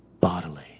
bodily